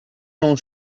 non